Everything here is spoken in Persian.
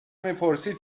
میپرسی